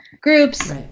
groups